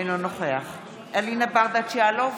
אינו נוכח אלינה ברדץ' יאלוב,